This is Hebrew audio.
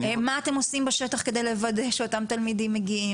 מה אתם עושים בשטח כדי לוודא שאותם תלמידים מגיעים?